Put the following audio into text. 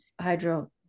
hydro